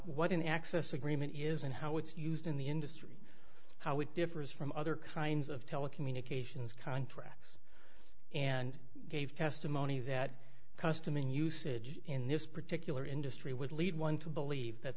what an access agreement is and how it's used in the industry how it differs from other kinds of telecommunications contracts and gave testimony that custom and usage in this particular industry would lead one to believe that